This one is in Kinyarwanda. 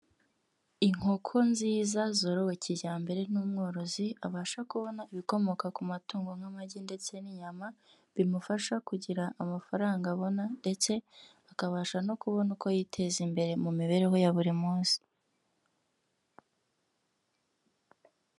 Inkoko nziza zorowe kijyambere n'umworozi abasha kubona ibikomoka ku matungo nk'amagi ndetse n'inyama bimufasha kugira amafaranga abona ndetse akabasha no kubona uko yiteza imbere mu mibereho ya buri munsi.